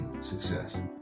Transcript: success